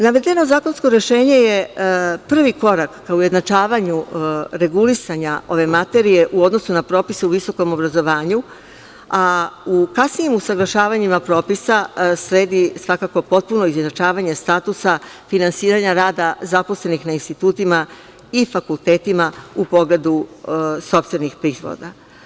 Navedeno zakonsko rešenje je prvi korak ka ujednačavanju regulisanja ove materije u odnosu na propise u visokom obrazovanju, a u kasnijim usaglašavanjima propisa sledi, svakako potpuno izjednačavanje statusa finansiranja rada zaposlenih na institutima i fakultetima u pogledu sopstvenih prihoda.